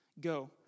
Go